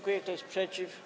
Kto jest przeciw?